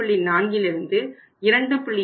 4 2